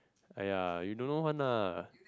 !aiya! you don't know one lah